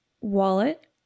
wallet